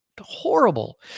horrible